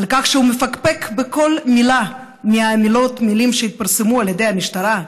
על כך שהוא מפקפק בכל מילה מהמילים שהתפרסמו על ידי המשטרה,